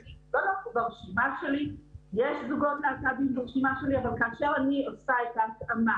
ברשימה שלי יש זוגות להט"בים אבל כאשר אני עושה את ההתאמה